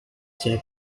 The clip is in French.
tirer